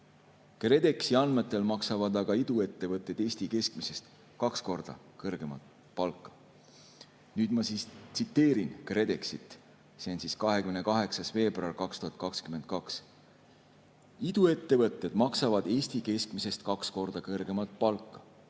KredExi andmetel maksavad aga iduettevõtted Eesti keskmisest kaks korda kõrgemat palka. Nüüd ma tsiteerin KredExi [uudist] 28. veebruarist 2022: ""Iduettevõtted maksavad Eesti keskmisest kaks korda kõrgemat palka."